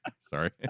Sorry